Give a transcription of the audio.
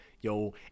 Yo